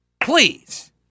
Please